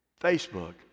Facebook